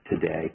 today